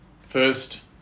first